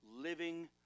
living